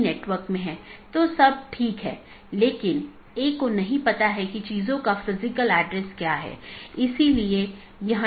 एक पारगमन AS में मल्टी होम AS के समान 2 या अधिक ऑटॉनमस सिस्टम का कनेक्शन होता है लेकिन यह स्थानीय और पारगमन ट्रैफिक दोनों को वहन करता है